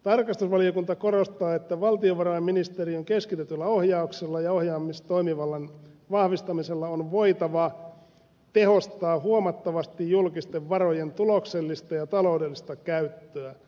tarkastusvaliokunta korostaa että valtiovarainministeriön keskitetyllä ohjauksella ja ohjaustoimivallan vahvistamisella on voitava tehostaa huomattavasti julkisten varojen tuloksellista ja taloudellista käyttöä